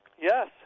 Yes